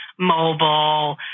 mobile